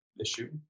issue